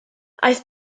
aeth